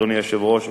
אדוני היושב-ראש,